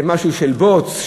זה משהו של בוץ,